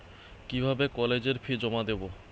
কিভাবে কলেজের ফি জমা দেবো?